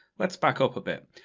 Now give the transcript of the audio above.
let's back up a bit.